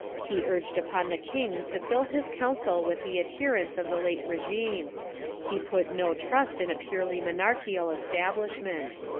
he urged upon the king to fill his council with the adher ents of the late regime he put no trust in a purely monarchical establishment.